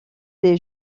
des